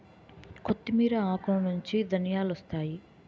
కొత్తిమీర ఆకులనుంచి ధనియాలొత్తాయి